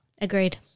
agreed